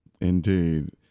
Indeed